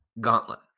gauntlet